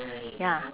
ya